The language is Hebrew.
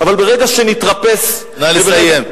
אבל ברגע שנתרפס, נא לסיים.